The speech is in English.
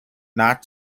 not